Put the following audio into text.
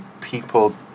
people